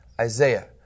Isaiah